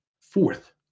Fourth